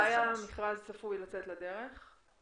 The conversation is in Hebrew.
מתי המכרז צפוי לצאת לדרך?